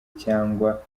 cyangwa